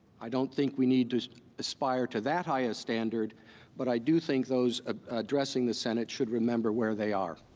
i don't think we need to aspire to that highest standard but i do think those ah addressing the senate should remember where they are.